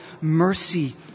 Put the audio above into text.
mercy